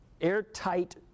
airtight